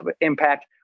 impact